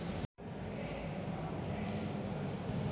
పండించిన పంటకు ఒకే ధర తిరంగా ఉండదు ఒక రోజులోనే తేడా వత్తాయి